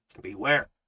beware